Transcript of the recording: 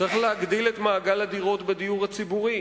צריך להגדיל את מעגל הדירות בדיור הציבורי